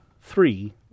three